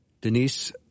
Denise